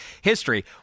history